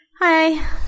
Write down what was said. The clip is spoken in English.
Hi